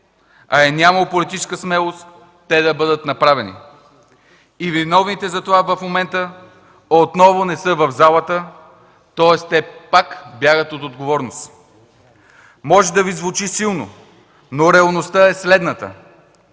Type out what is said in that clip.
а е нямало политическа смелост да бъдат направени. Виновните за това в момента отново не са в залата, тоест те пак бягат от отговорност. Може да Ви звучи силно, но реалността е следната: